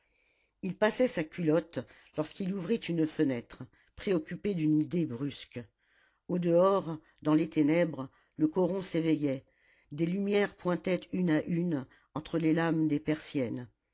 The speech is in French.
il passait sa culotte lorsqu'il ouvrit une fenêtre préoccupé d'une idée brusque au-dehors dans les ténèbres le coron s'éveillait des lumières pointaient une à une entre les lames des persiennes